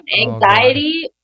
Anxiety